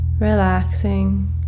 relaxing